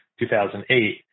2008